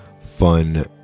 fun